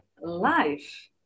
life